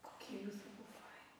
kokie jūs abu faini